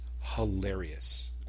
hilarious